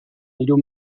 hiru